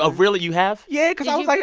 ah really? you have? yeah, because, i was, like